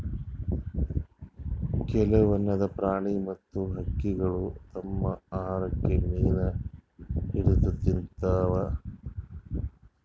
ಕೆಲ್ವನ್ದ್ ಪ್ರಾಣಿ ಮತ್ತ್ ಹಕ್ಕಿಗೊಳ್ ತಮ್ಮ್ ಆಹಾರಕ್ಕ್ ಮೀನ್ ಹಿಡದ್ದ್ ತಿಂತಾವ್